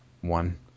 one